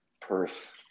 Perth